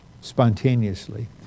spontaneously